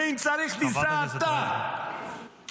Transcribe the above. הוא יכול ללכת בעצמו ----- ואם צריך תיסע אתה -- חברת הכנסת רייטן.